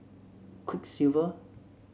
quiksilver